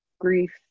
grief